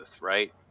right